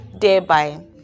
thereby